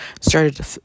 started